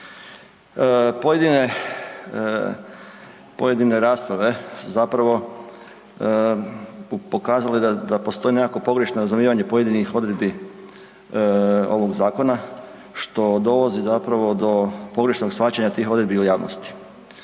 pojedine rasprave su zapravo pokazale da postoji nekakvo pogrešno razumijevanje pojedinih odredbi ovog zakona što dolazi zapravo do pogrešnog shvaćanja tih odredbi u javnosti.